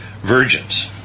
virgins